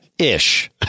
Ish